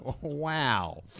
Wow